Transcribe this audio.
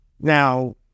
Now